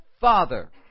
Father